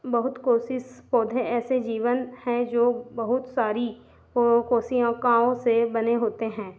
बहुत कोशिश पौधे ऐसे जीवन हैं जो बहुत सारी वह कोशिकाओं से बने होते हैं